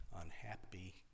unhappy